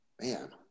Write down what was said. man